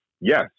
yes